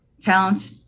talent